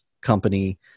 company